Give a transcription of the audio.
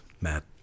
Matt